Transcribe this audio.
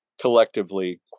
collectively